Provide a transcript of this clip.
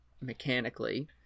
mechanically